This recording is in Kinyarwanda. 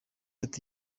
ati